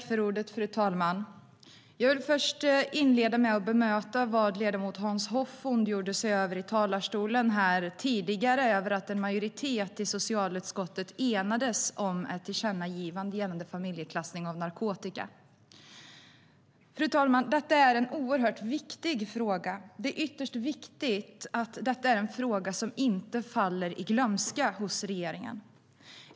Fru talman! Jag vill inleda med att bemöta vad ledamot Hans Hoff tidigare ondgjorde sig över här i talarstolen: att en majoritet i socialutskottet enades om ett tillkännagivande gällande familjeklassning av narkotika. Fru talman! Detta är en oerhört viktig fråga. Det är ytterst viktigt att detta inte är en fråga som faller i glömska hos regeringen.